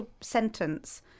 sentence